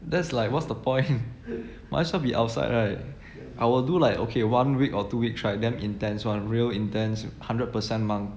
that's like what's the point might as well be outside right I will do like okay one week or two try damn intense [one] real intense hundred percent monk